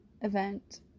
event